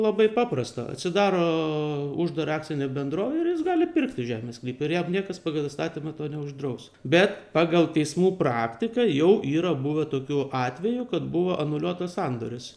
labai paprasta atsidaro uždarą akcinę bendrovę ir jis gali pirkti žemės sklypą ir jam niekas pagal įstatymą to neuždraus bet pagal teismų praktiką jau yra buvę tokių atvejų kad buvo anuliuotas sandoris